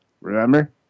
remember